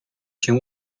się